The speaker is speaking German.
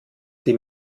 die